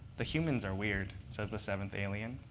the humans are weird, says the seventh alien.